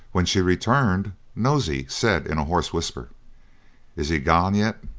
when she returned, nosey said, in a hoarse whisper is he gan yet?